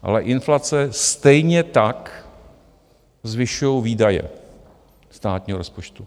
Ale inflace stejně tak zvyšuje výdaje státního rozpočtu.